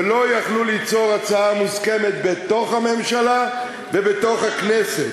ולא יכלו ליצור הצעה מוסכמת בתוך הממשלה ובתוך הכנסת?